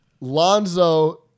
Lonzo